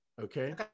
okay